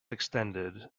extended